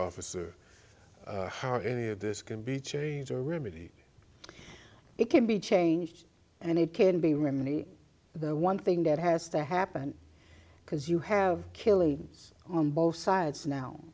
officer how any of this can be changed or remedy it can be changed and it can be really the one thing that has to happen because you have killings on both sides now